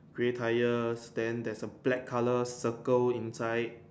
grey tires then there's some black colors circle inside